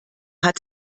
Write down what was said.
hat